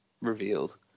revealed